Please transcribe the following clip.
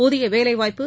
புதிய வேலை வாய்ப்பு